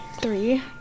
Three